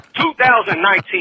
2019